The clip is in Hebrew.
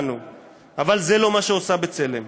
אבל זה לא מה שעושה "בצלם".